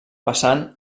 vessant